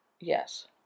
Yes